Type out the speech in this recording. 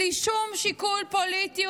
בלי שום שיקול פוליטי,